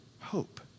hope